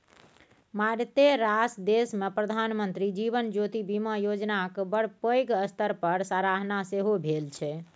मारिते रास देशमे प्रधानमंत्री जीवन ज्योति बीमा योजनाक बड़ पैघ स्तर पर सराहना सेहो भेल छै